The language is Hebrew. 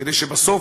כדי שבסוף,